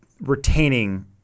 retaining